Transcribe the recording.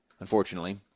unfortunately